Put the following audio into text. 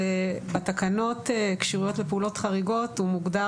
בתקנות "כשירויות לפעולות חריגות" הוא מוגדר